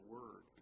Word